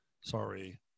Sorry